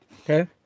Okay